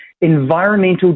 environmental